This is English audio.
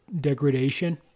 degradation